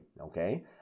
okay